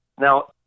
Now